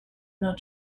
not